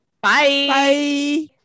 bye